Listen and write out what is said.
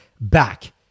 back